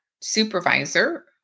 supervisor